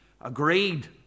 agreed